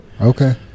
Okay